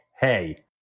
hey